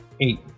Eight